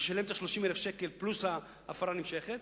הוא ישלם 30,000 שקלים פלוס הפרה נמשכת